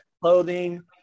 clothing